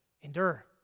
endure